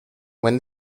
when